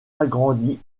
agrandie